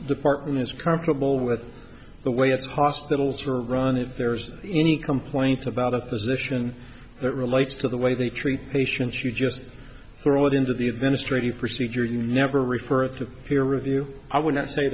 department is comparable with the way it's hospitals are run if there's any complaints about a position that relates to the way they treat patients you just throw it into the administrative procedure you never referred to peer review i would not say